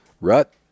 rut